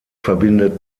verbindet